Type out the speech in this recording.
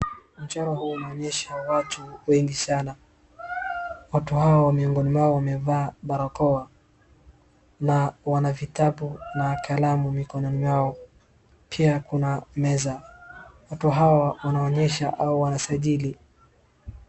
Mchoro huu unaonyesha watu wengi sana. Watu hawa miongoni mwao wamevaa barakoa na wana vitabu na kalamu mikononi mwao. Pia kuna meza. Watu hawa wanaonyesha au wanasajili.